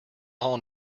all